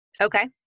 Okay